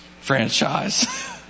Franchise